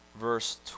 verse